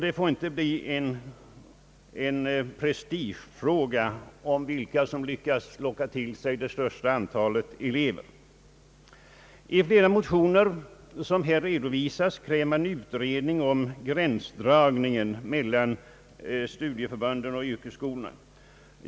Det får inte bli en prestigefråga om vilka som lyckas locka till sig det största antalet elever. I flera motioner krävs utredning om gränsdragningen mellan studieförbunden och yrkesskolorna.